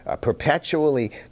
perpetually